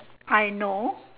I know